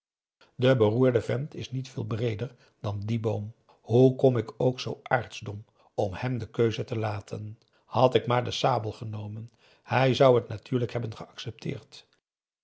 de beroerde vent is niet veel breeder dan die boom hoe kom ik ook zoo aartsdom om hem de keuze te laten had ik maar den sabel genomen hij zou het natuurlijk hebben geaccepteerd